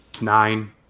Nine